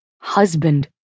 Husband